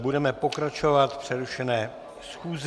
Budeme pokračovat v přerušené schůzi.